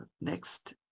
next